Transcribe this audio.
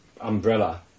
umbrella